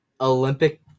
Olympic